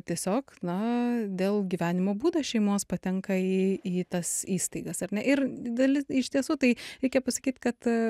tiesiog na dėl gyvenimo būdo šeimos patenka į į tas įstaigas ar ne ir dalis iš tiesų tai reikia pasakyt kad